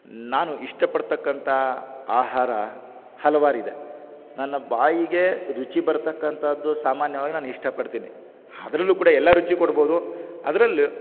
ನಾನು ಇಷ್ಟಪಡ್ತಕ್ಕಂಥ ಆಹಾರ ಹಲವಾರಿದೆ ನನ್ನ ಬಾಯಿಗೆ ರುಚಿ ಬರ್ತಕ್ಕಂಥಾದ್ದು ಸಾಮಾನ್ಯವಾಗಿ ನಾನು ಇಷ್ಟಪಡ್ತೀನಿ ಅದ್ರಲ್ಲೂ ಕೂಡ ಎಲ್ಲಾ ರುಚಿ ಕೊಡ್ಬೋದು ಅದರಲ್ಲೂ